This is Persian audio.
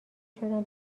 شدم